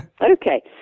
Okay